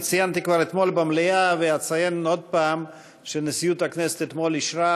ציינתי כבר אתמול במליאה ואציין עוד פעם שנשיאות הכנסת אישרה